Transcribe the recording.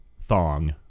thong